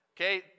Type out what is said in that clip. Okay